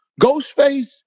Ghostface